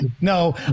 No